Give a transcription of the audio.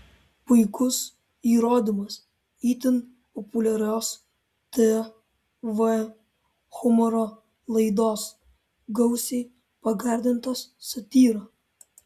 puikus įrodymas itin populiarios tv humoro laidos gausiai pagardintos satyra